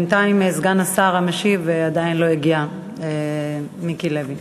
בינתיים סגן השר המשיב, מיקי לוי,